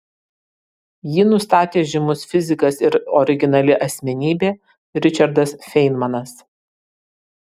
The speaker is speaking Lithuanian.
jį nustatė žymus fizikas ir originali asmenybė ričardas feinmanas